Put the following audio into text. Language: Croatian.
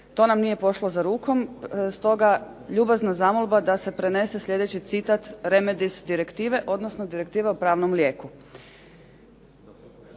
to nam nije pošlo za rukom, stoga ljubazna zamolba da se prenese sljedeći citat „remedis directive“ odnosno direktiva o pravnom lijeku.